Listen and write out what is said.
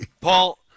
Paul